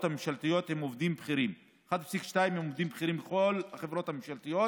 הממשלתיות הם עובדים בכירים 1.2% הם עובדים בכירים בכל החברות הממשלתיות.